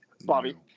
Bobby